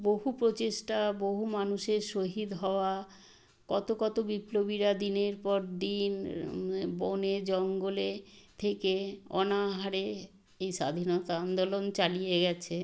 বহু প্রচেষ্টা বহু মানুষের শহিদ হওয়া কত কত বিপ্লবীরা দিনের পর দিন বনে জঙ্গলে থেকে অনাহারে এই স্বাধীনতা আন্দোলন চালিয়ে গেছে